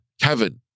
Kevin